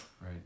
right